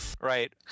Right